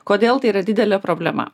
kodėl tai yra didelė problema